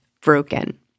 broken